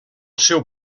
seu